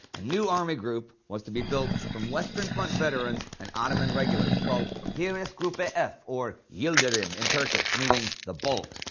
a new army group was to be built from western front veterans and ottoman regulars, called heeresgruppe f, or yildirim in turkish, meaning the bolt,